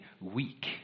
weak